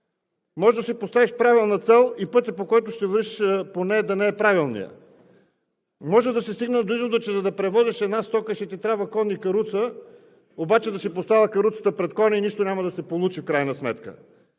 Може да си поставиш правилна цел и пътят, по който ще вървиш, да не е правилният. Може да се стигне до извода, че за да превозиш една стока, ще ти трябват кон и каруца, обаче да си поставил каруцата пред коня и нищо няма да се получи в крайна сметка.